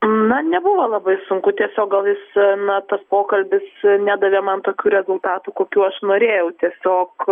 na nebuvo labai sunku tiesiog gal jis na tas pokalbis nedavė man tokių rezultatų kokių aš norėjau tiesiog